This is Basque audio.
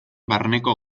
barneko